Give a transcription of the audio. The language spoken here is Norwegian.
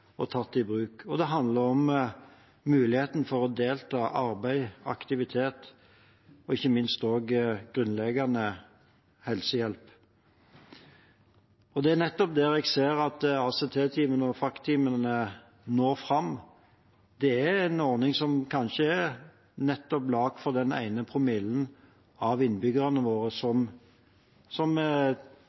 tatt det i bruk. Og det handler om muligheten til å delta i arbeid og aktivitet, og ikke minst om grunnleggende helsehjelp. Det er nettopp der jeg ser at ACT- og FACT-teamene når fram. Det er en ordning som er laget for kanskje nettopp den ene promillen av innbyggerne våre som